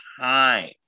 time